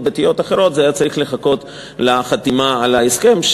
דתיות אחרות היה צריך לחכות לחתימה על ההסכם,